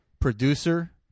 producer